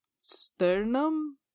sternum